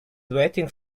waiting